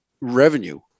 revenue